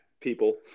people